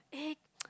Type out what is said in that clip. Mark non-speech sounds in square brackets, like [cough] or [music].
eh [noise]